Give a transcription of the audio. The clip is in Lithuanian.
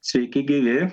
sveiki gyvi